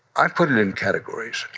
i'd put it in categories.